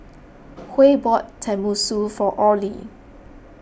Huey bought Tenmusu for Orley